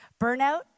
Burnout